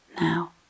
now